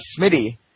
Smitty